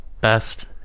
best